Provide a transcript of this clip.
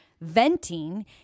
venting